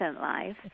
life